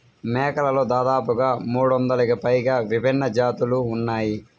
మేకలలో దాదాపుగా మూడొందలకి పైగా విభిన్న జాతులు ఉన్నాయి